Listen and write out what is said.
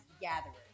gatherers